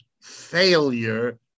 failure